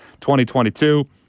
2022